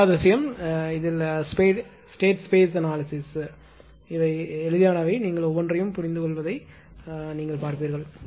இரண்டாவது விஷயம் state space analysis விஷயங்கள் எளிதானவை நீங்கள் ஒவ்வொன்றையும் புரிந்துகொள்வதை காண்பீர்கள்